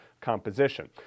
composition